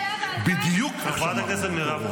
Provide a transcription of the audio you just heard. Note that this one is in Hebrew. אם זה היה --- בדיוק איך שמרנו